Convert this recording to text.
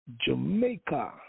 Jamaica